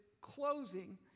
closing